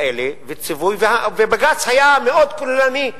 בג"ץ היה מאוד כוללני,